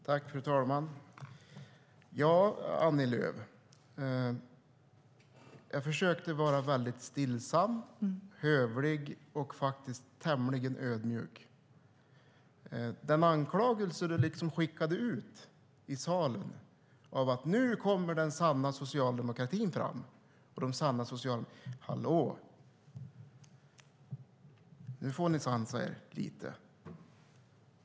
Fru talman! Jag försökte vara stillsam, hövlig och faktiskt tämligen ödmjuk, Annie Lööf. Du skickar liksom ut en anklagelse i salen om att nu kommer den sanna socialdemokratin fram. Hallå, nu får ni sansa er lite.